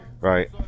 right